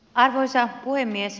arvoisa puhemies